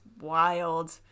wild